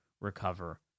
recover